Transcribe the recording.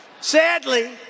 Sadly